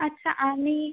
আচ্ছা আমি